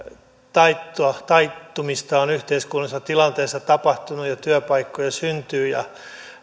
taittumista taittumista on yhteiskunnallisessa tilanteessa tapahtunut ja työpaikkoja syntyy ja